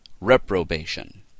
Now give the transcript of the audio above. reprobation